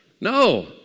No